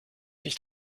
nicht